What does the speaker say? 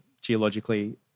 geologically